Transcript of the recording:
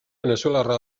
venezuelarra